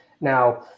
Now